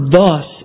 thus